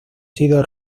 sido